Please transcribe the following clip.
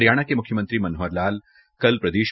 हरियाणा के मुख्यमंत्री मनोहर लाल कल प्रदे